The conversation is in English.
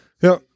ja